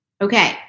Okay